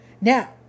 Now